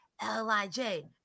L-I-J